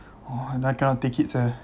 oh then I cannot take it sia